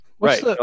Right